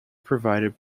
provided